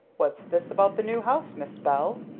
what's this about the new house, miss bell?